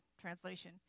translation